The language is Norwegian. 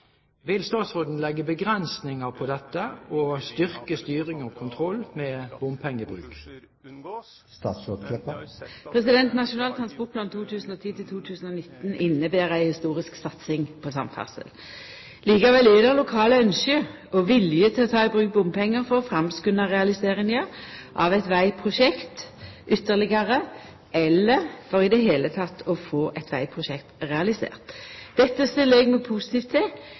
Vil statsråden legge begrensninger på dette og styrke styring og kontroll med bompengebruk?» Nasjonal transportplan 2010–2019 inneber ei historisk satsing på samferdsel. Likevel er det lokale ynske og vilje til å ta i bruk bompengar for å framskunda realiseringa av eit vegprosjekt ytterlegare, eller for i det heile å få eit vegprosjekt realisert. Dette stiller eg meg positiv til,